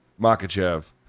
Makachev